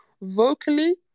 vocally